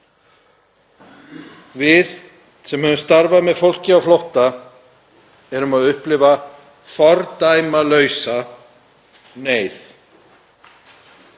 Við sem höfum starfað með fólki á flótta erum að upplifa fordæmalausa neyð.